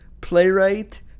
playwright